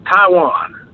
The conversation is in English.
Taiwan